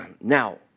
Now